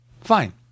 fine